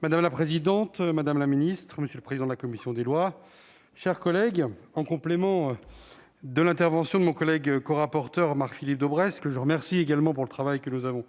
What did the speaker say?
Madame la présidente, madame la ministre, mes chers collègues, en complément de l'intervention de mon collègue corapporteur Marc-Philippe Daubresse, que je remercie également pour le travail que nous avons